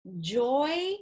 joy